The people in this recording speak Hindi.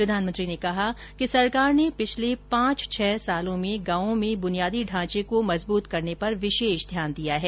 प्रधानमंत्री ने कहा कि सरकार ने पिछले पांच छह सालों में गांवों में बुनियादी ढांचे को मजबूत करने पर विशेष ध्यान दिया है